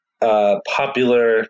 Popular